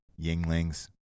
yinglings